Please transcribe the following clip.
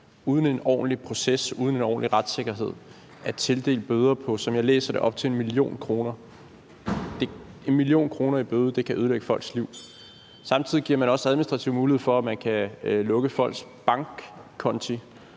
uden en ordentlig proces og uden en ordentlig retssikkerhed at tildele bøder på, som jeg læser det, op til 1 mio. kr. 1 mio. kr. i bøde kan ødelægge folks liv. Samtidig gives der også mulighed for, at man administrativt kan lukke folks bankkonti,